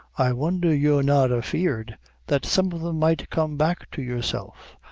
i wondher you're not afeard that some of them might come back to yourself,